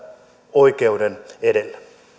oikeuden edelle